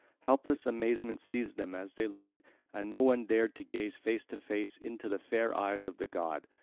helpless amazement seized them as they looked and no one dared to gaze face to face into the fair eyes of the god.